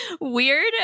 weird